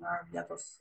na vietos